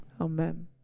Amen